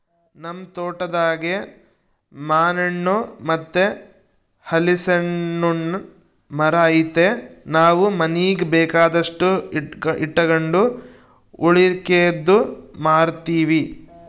ನಮ್ ತೋಟದಾಗೇ ಮಾನೆಣ್ಣು ಮತ್ತೆ ಹಲಿಸ್ನೆಣ್ಣುನ್ ಮರ ಐತೆ ನಾವು ಮನೀಗ್ ಬೇಕಾದಷ್ಟು ಇಟಗಂಡು ಉಳಿಕೇದ್ದು ಮಾರ್ತೀವಿ